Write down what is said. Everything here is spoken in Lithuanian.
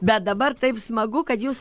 bet dabar taip smagu kad jūs